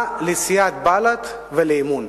אני שואל אתכם: מה לסיעת בל"ד ולאמון?